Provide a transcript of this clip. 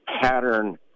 pattern